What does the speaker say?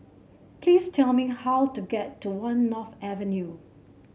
please tell me how to get to One North Avenue